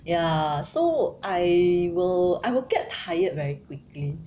ya so I will I will get tired very quickly